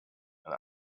ein